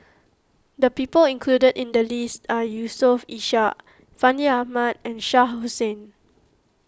the people included in the list are Yusof Ishak Fandi Ahmad and Shah Hussain